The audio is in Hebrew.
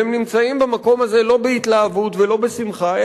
והם נמצאים במקום הזה לא בהתלהבות ולא בשמחה,